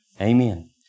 Amen